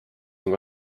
ning